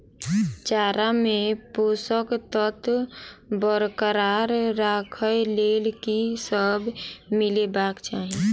चारा मे पोसक तत्व बरकरार राखै लेल की सब मिलेबाक चाहि?